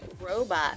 robot